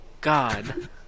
god